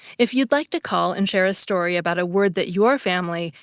if you'd like to call and share a story about a word that your family,